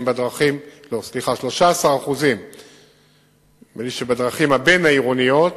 כ-13% בדרכים הבין-עירוניות